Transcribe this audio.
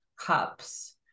cups